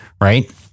Right